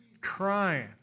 Crying